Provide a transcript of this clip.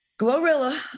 Glorilla